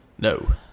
No